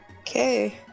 Okay